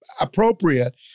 appropriate